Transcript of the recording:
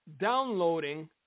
downloading